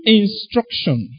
instruction